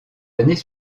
années